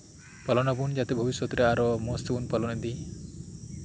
ᱯᱟᱞᱚᱱ ᱟᱵᱚᱱ ᱡᱟᱛᱮ ᱵᱷᱚᱵᱤᱥᱥᱚᱛ ᱨᱮ ᱟᱨᱚ ᱢᱚᱸᱡ ᱛᱮᱵᱚᱱ ᱯᱟᱞᱚᱱ ᱤᱫᱤ